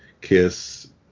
Kiss